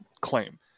claim